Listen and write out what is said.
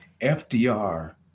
FDR